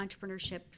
entrepreneurship